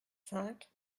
cinq